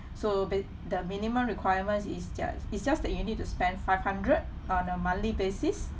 so ba~ the minimum requirements is just is just that you need to spend five hundred on a monthly basis